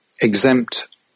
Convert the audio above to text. exempt